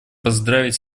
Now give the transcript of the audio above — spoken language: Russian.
поздравить